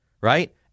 right